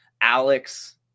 Alex